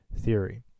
theory